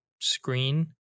screen